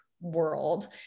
world